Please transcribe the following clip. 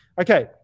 okay